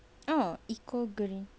oh eco green